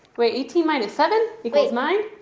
wait, eighteen minus seven equals nine?